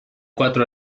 cuatro